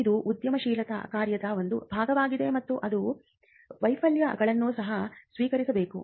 ಇದು ಉದ್ಯಮಶೀಲತಾ ಕಾರ್ಯದ ಒಂದು ಭಾಗವಾಗಿದೆ ಮತ್ತು ಅದು ವೈಫಲ್ಯಗಳನ್ನು ಸಹ ಸ್ವೀಕರಿಸಬೇಕು